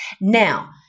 now